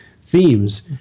themes